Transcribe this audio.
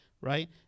right